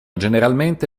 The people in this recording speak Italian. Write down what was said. generalmente